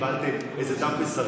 הם מאוד מאוד,